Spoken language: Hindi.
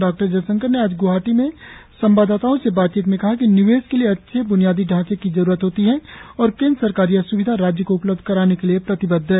डॉक्टर जयशंकर ने आज ग्वाहाटी में संवाददाताओं से बातचीत में कहा कि निवेश के लिए अच्छे ब्नियादी ढांचे की जरूरत होती है और केन्द्र सरकार यह स्विधा राज्य को उपलब्ध कराने के लिए प्रतिबद्ध है